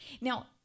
now